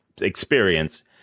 experience